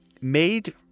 made